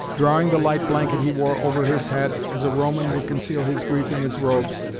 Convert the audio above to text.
drawing the light blanket he wore over his head, as a roman would conceal his grief in his robes,